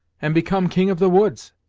and become king of the woods,